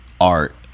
art